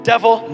Devil